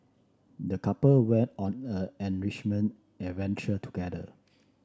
the couple went on a enrichment adventure together